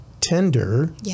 tender